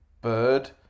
bird